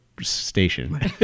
station